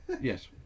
yes